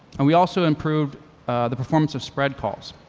and we also improved the performance of spread calls.